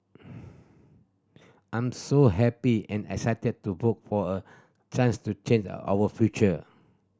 I'm so happy and excited to vote for a chance to change our future